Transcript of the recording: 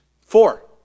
Four